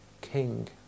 king